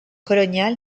colonial